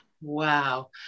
Wow